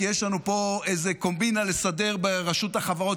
כי יש לנו פה איזו קומבינה לסדר ברשות החברות